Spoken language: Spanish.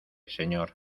señor